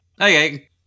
Okay